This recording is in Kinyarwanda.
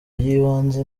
y’ibanze